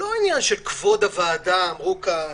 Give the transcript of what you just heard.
זה לא עניין של כבוד הוועדה, כמו שאמרו כאן.